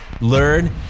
Learn